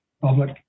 public